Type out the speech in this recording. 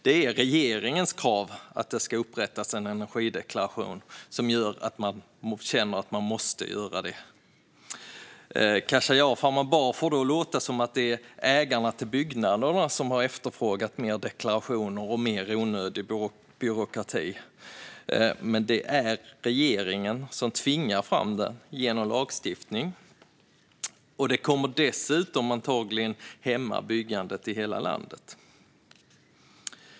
Det är regeringens krav att det ska upprättas en energideklaration som gör att de måste göra detta. Khashayar Farmanbar får det att låta som att det är ägarna till byggnaderna som har efterfrågat fler deklarationer och mer onödig byråkrati, men det är regeringen som tvingar fram det genom lagstiftning. Detta kommer dessutom antagligen att hämma byggandet i hela landet.